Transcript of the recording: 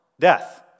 death